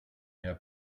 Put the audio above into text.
herr